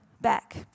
back